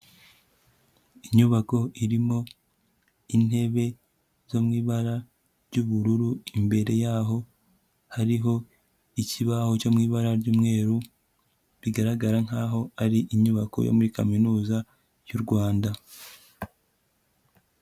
Inyubako irimo intebe zo mu ibara ry'ubururu, imbere yaho hariho ikibaho cyo mu ibara ry'umweru, bigaragara nkaho ari inyubako yo muri kaminuza y'u Rwanda.